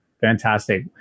Fantastic